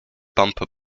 bumper